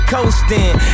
Coasting